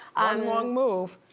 um wrong move.